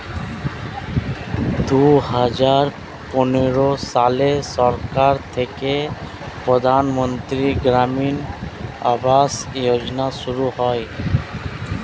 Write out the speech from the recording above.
দুহাজার পনেরো সালে সরকার থেকে প্রধানমন্ত্রী গ্রামীণ আবাস যোজনা শুরু হয়